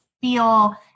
feel